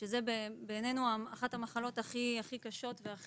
שבעניינו זו אחת המחלות הקשות ביותר שגם